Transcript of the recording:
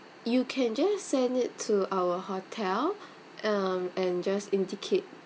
you can just send it to our hotel um and just indicate